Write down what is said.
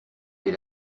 mais